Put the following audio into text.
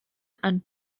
and